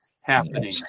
happening